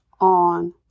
on